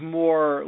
more